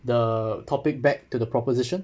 the topic back to the proposition